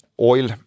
oil